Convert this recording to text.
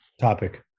topic